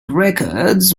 records